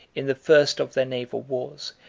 in the first of their naval wars,